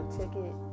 ticket